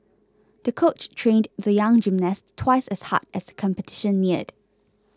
the coach trained the young gymnast twice as hard as the competition neared